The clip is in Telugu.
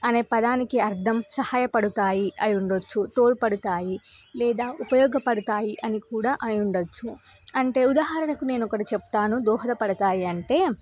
అనే పదానికి అర్థం సహాయపడతాయి అయి ఉండవచ్చు తోడ్పడతాయి లేదా ఉపయోగపడతాయి అని కూడా అయి ఉండవచ్చు అంటే ఉదాహరణకు నేను ఒకటి చెప్తాను దోహదపడతాయి అంటే